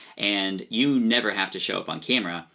and you never have to show up on camera,